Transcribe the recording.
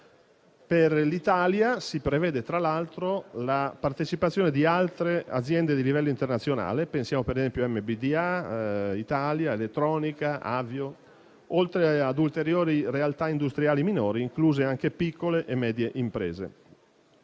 Per l'Italia si prevede, tra l'altro, la partecipazione di altre aziende di livello internazionale. Pensiamo, per esempio, a MBDA Italia, Elettronica e Avio, oltre a ulteriori realtà industriali minori, incluse anche piccole e medie imprese.